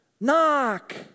knock